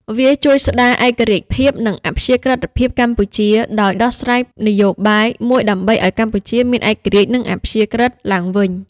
វាជួយស្ដារឯករាជ្យភាព និងអព្យាក្រឹត្យភាពកម្ពុជា ដោយដោះស្រាយនយោបាយមួយដើម្បីឱ្យកម្ពុជាមានឯករាជ្យ និងអព្យាក្រឹត្យឡើងវិញ។